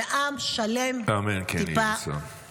ועם שלם יתקומם,